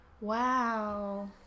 Wow